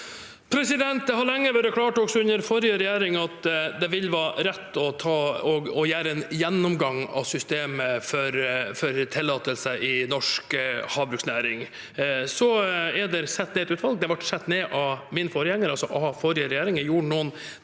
Det har lenge vært klart, også under forrige regjering, at det vil være rett å ha en gjennomgang av systemet for tillatelser i norsk havbruksnæring. Så er det satt ned et utvalg. Det ble satt ned av min forgjenger, altså av forrige regjering.